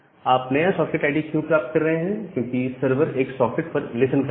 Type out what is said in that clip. आप नया socket ID क्यों प्राप्त कर रहे हैं क्योंकि सर्वर एक सॉकेट पर लिसन कर रहा है